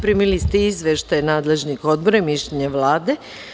Primili ste izveštaje nadležnih odbora i mišljenja Vlade.